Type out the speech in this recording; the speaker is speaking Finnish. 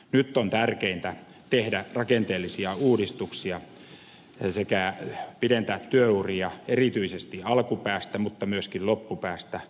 nyt on tärkeintä tehdä rakenteellisia uudistuksia sekä pidentää työuria erityisesti alkupäästä mutta myöskin loppupäästä